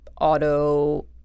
auto